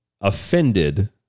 offended